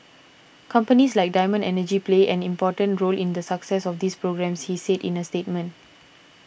companies like Diamond Energy play an important role in the success of these programmes he said in a statement